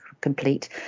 complete